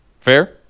Fair